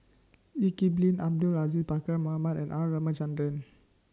Lee Kip Lin Abdul Aziz Pakkeer Mohamed and R Ramachandran